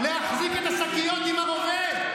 להחזיק את השקיות עם הרובה?